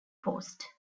post